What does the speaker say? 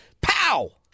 pow